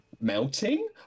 melting